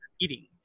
eating